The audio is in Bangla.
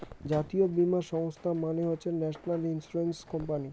জাতীয় বীমা সংস্থা মানে হসে ন্যাশনাল ইন্সুরেন্স কোম্পানি